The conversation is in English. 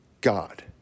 God